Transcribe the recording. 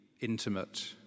intimate